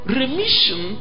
remission